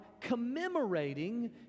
commemorating